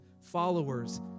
followers